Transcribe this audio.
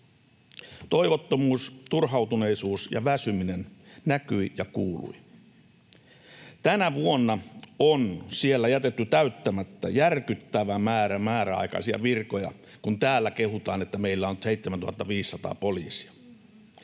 Toivottomuus, turhautuneisuus ja väsyminen näkyi ja kuului. Tänä vuonna on siellä jätetty täyttämättä järkyttävä määrä määräaikaisia virkoja — ja täällä kehutaan, että meillä on 7 500 poliisia.